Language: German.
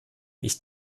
ich